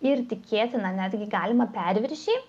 ir tikėtina netgi galimą perviršį